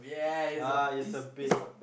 ah it's a bait